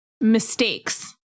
Mistakes